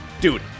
dude